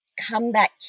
comeback